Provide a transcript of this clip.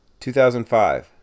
2005